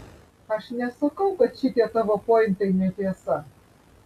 aš nesakau kad šitie tavo pointai netiesa